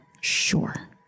Sure